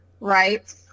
right